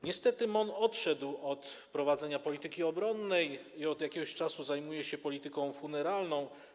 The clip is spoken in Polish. Niestety MON odszedł od prowadzenia polityki obronnej i od jakiegoś czasu zajmuje się polityką funeralną.